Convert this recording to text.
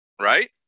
right